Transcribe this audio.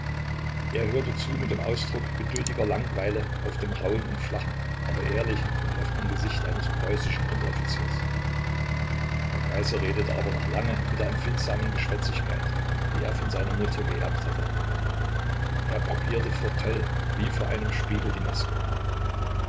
er hörte zu mit dem ausdruck geduldiger langweile auf dem rauhen und flachen aber ehrlichen und offenen gesicht eines preußischen unteroffiziers der kaiser redete aber noch lange mit der empfindsamen geschwätzigkeit die er von seiner mutter geerbt hatte er probierte vor toll wie vor einem spiegel die maske